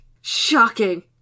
Shocking